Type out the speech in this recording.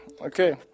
okay